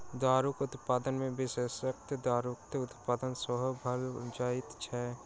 दारूक उत्पादन मे विषाक्त दारूक उत्पादन सेहो भ जाइत छै